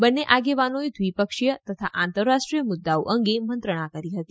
બંને આગેવાનોએ દ્વિપક્ષીય તથા આંતરરાષ્ટ્રીય મુદ્દાઓ અંગે મંત્રણા કરી હતી